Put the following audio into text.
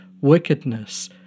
wickedness